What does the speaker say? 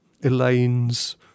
Elaine's